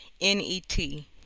N-E-T